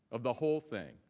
of the whole thing.